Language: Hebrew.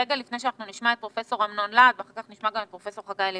רגע לפני שנשמע את פרופ' אמנון להד ואחר כך נשמע גם את פרופ' חגי לוין,